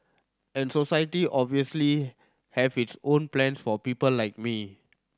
and society obviously have its own plans for people like me